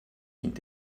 dient